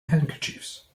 handkerchiefs